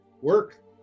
work